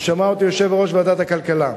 ושמע אותי יושב-ראש ועדת הכלכלה.